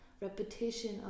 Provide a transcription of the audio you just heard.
repetition